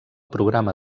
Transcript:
programa